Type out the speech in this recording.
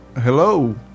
Hello